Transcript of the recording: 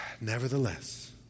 Nevertheless